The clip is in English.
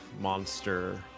monster